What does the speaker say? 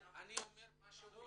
אני אומר מה שהוא ביקש.